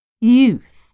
youth